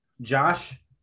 Josh